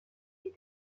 les